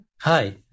Hi